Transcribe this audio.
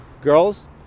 girls